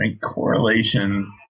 Correlation